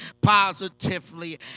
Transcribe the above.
Positively